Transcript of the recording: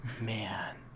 man